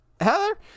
heather